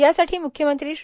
यासाठी मुख्यमंत्री श्री